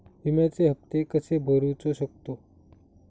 विम्याचे हप्ते कसे भरूचो शकतो?